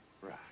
Right